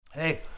Hey